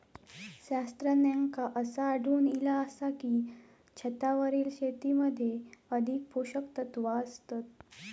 शास्त्रज्ञांका असा आढळून इला आसा की, छतावरील शेतीमध्ये अधिक पोषकतत्वा असतत